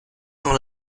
dans